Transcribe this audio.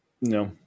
no